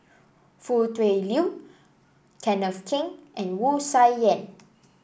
Foo Tui Liew Kenneth Keng and Wu Tsai Yen